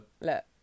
look